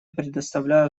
предоставляю